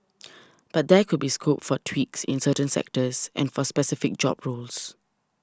but there could be scope for tweaks in certain sectors and for specific job roles